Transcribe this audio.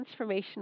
transformational